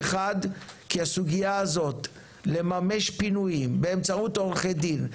אחד כי הסוגייה הזאת לממש פינויים באמצעות עורכי דין,